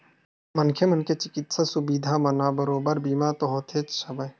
मनखे मन के चिकित्सा सुबिधा मन बर बरोबर बीमा तो होतेच हवय